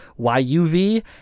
YUV